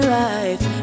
life